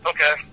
Okay